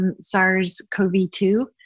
SARS-CoV-2